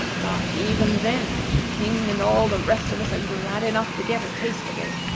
but, even then, the king and all the rest of us are glad enough to get a taste of it.